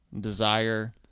desire